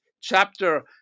chapter